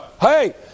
Hey